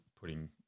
putting